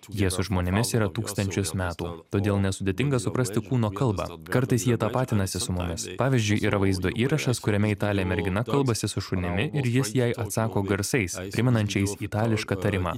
jie su žmonėmis yra tūkstančius metų todėl nesudėtinga suprasti kūno kalbą kartais jie tapatinasi su mumis pavyzdžiui yra vaizdo įrašas kuriame italė mergina kalbasi su šunimi ir jis jai atsako garsais primenančiais itališką tarimą